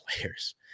players